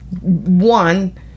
one